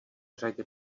řadě